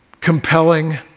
compelling